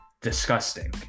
disgusting